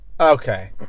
Okay